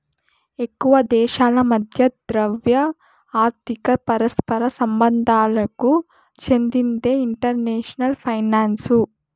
ఎక్కువ దేశాల మధ్య ద్రవ్య, ఆర్థిక పరస్పర సంబంధాలకు చెందిందే ఇంటర్నేషనల్ ఫైనాన్సు